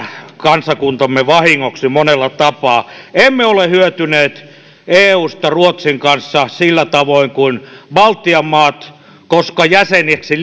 kansakuntamme vahingoksi monella tapaa emme ole hyötyneet eusta ruotsin kanssa sillä tavoin kuin baltian maat koska jäseniksi